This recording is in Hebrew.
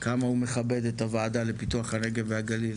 כמה הוא מכבד את הוועדה לפיתוח הנגב והגליל.